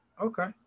okay